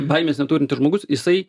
baimės neturintis žmogus jisai